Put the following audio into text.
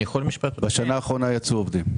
בשנה האחרונה יצאו עובדים.